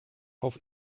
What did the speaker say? auf